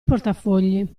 portafogli